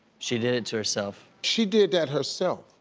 she did it to herself. she did that herself?